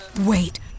Wait